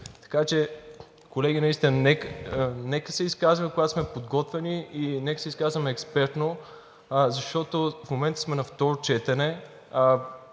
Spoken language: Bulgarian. Така че, колеги, нека се изказваме, когато сме подготвени, и нека се изказваме експертно, защото в момента сме на второ четене,